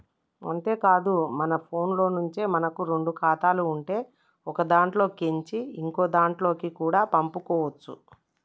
అంతేకాదు మన ఫోన్లో నుంచే మనకు రెండు ఖాతాలు ఉంటే ఒకదాంట్లో కేంచి ఇంకోదాంట్లకి కూడా పంపుకోవచ్చు